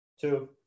two